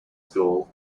school